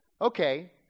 okay